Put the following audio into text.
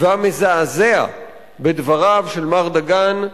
והמזעזע בדבריו של מר דגן,